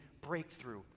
breakthrough